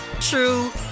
true